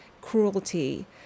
cruelty